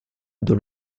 dans